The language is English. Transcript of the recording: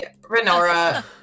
Renora